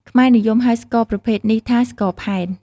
ខ្មែរនិយមហៅស្ករប្រភេទនេះថា ស្ករផែន។